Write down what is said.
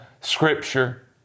Scripture